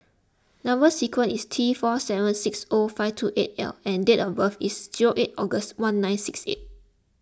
Number Sequence is T four seven six O five two eight L and date of birth is eight August one nine six eight